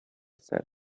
said